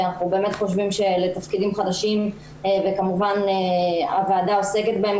אנחנו באמת חושבים שלתפקידים חדשים וכמובן הוועדה עוסקת בהם,